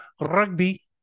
rugby